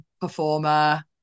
performer